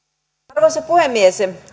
arvoisa puhemies